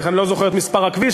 אני לא זוכר את מספר הכביש,